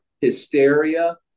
hysteria